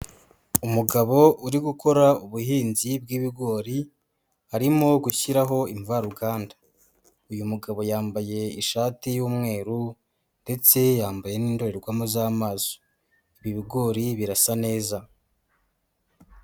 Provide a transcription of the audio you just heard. Umugabo uri gukora ubuhinzi bw'ibigori arimo gushyiraho imvaruganda, uyu mugabo yambaye ishati y'umweru ndetse yambaye n'indorerwamo z'amazi, ibi bigori birasa neza.